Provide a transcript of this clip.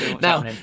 Now